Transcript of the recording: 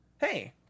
hey